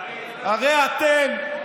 הרי אתם,